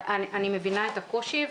אני מבינה את הקושי.